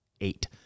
eight